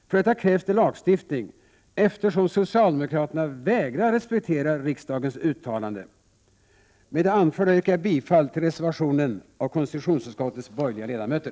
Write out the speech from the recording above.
För detta krävs det lagstiftning, eftersom socialdemokraterna vägrar respektera riksdagens uttalanden. Med det anförda yrkar jag bifall till reservationen av konstitutionsutskottets borgerliga ledamöter.